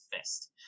fist